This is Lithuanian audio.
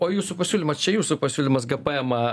o jūsų pasiūlymas čia jūsų pasiūlymas gpma